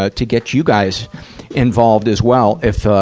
ah to get you guys involved as well, if, ah,